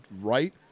Right